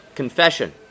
confession